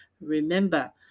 Remember